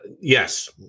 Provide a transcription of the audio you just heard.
Yes